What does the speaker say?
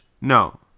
No